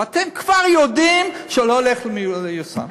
אתם כבר יודעים שלא הולך להיות מיושם.